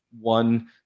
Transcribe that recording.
one